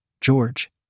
george